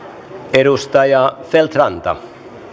edustaja feldt ranta